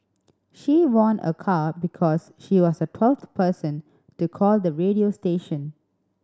she won a car because she was the twelfth person to call the radio station